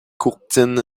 courtine